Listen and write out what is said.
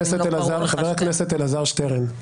חבר הכנסת אלעזר שטרן,